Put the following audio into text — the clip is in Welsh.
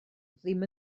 ddim